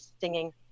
singing